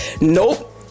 Nope